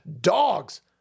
dogs